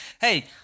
Hey